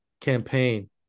campaign